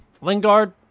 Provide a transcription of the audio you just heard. Lingard